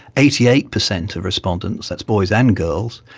eighty eight percent of respondents, that's boys and girls,